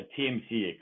TMC